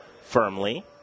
firmly